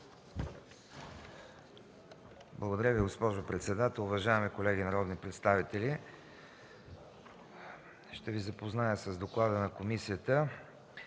Благодаря Ви, госпожо председател. Уважаеми колеги народни представители, ще Ви запозная с: „ДОКЛАД на Комисията